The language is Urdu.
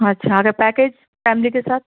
اچھا اگر پیکیج فیملی کے ساتھ